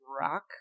rock